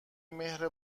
مهر